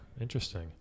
Interesting